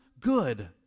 good